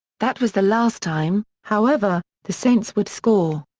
that was the last time, however, the saints would score.